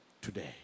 today